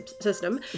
system